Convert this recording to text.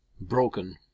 Broken